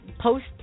post